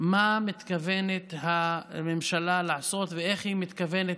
מה מתכוונת הממשלה לעשות ואיך היא מתכוונת